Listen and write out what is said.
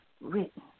Written